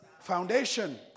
foundation